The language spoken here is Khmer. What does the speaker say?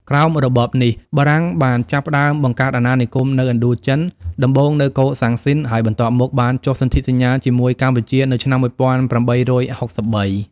ក្រោមរបបនេះ បារាំងបានចាប់ផ្តើមបង្កើតអាណានិគមនៅឥណ្ឌូចិន ដំបូងនៅកូសាំងស៊ីន ហើយបន្ទាប់មកបានចុះសន្ធិសញ្ញាជាមួយកម្ពុជានៅឆ្នាំ ១៨៦៣។